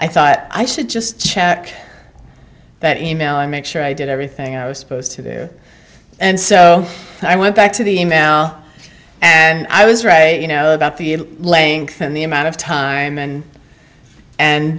i thought i should just check that e mail i make sure i did everything i was supposed to do and so i went back to the e mail and i was right you know about the length and the amount of time and and